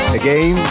again